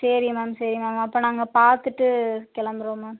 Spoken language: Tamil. சரிங்க மேம் சரி மேம் அப்போ நாங்கள் பார்த்துட்டு கிளம்புறோம் மேம்